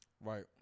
right